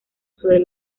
sobre